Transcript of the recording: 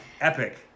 Epic